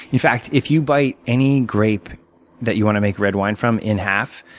in fact, if you bite any grape that you want to make red wine from in half,